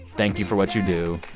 thank you for what you do.